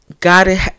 God